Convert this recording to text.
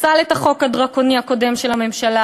פסל את החוק הדרקוני הקודם של הממשלה,